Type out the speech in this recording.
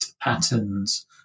patterns